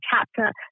chapter